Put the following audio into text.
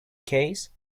keys